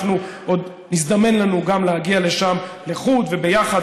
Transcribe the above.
עוד יזדמן לנו גם להגיע לשם לחוד וביחד,